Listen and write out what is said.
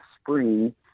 spring